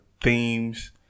themes